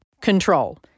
control